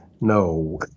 No